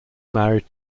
married